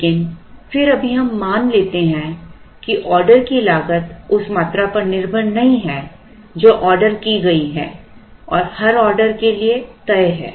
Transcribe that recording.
लेकिन फिर अभी हम मान लेते हैं कि ऑर्डर की लागत उस मात्रा पर निर्भर नहीं है जो ऑर्डर की गई है और हर ऑर्डर के लिए तय है